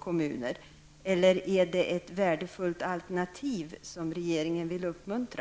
kommuner, eller är det ett värdefullt alternativ som regeringen vill uppmuntra?